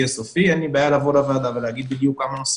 ברגע שיהיה סופי אין לי בעיה לבוא לוועדה ולהגיד בדיוק כמה נוספים.